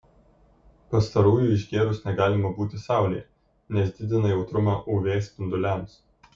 pastarųjų išgėrus negalima būti saulėje nes didina jautrumą uv spinduliams